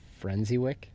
Frenzywick